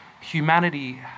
humanity